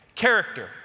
Character